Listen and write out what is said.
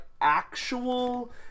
actual